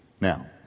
Now